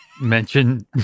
mention